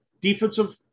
defensive